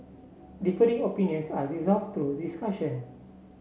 differing opinions are resolved through discussion